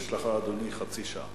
יש לך, אדוני, חצי שעה.